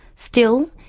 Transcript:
still,